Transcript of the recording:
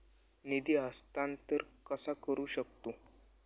निधी हस्तांतर कसा करू शकतू?